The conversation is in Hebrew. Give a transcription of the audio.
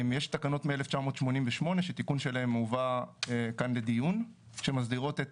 יש תקנות מ-1988 שתיקון שלהם הובא כאן לדיון שמסדירות את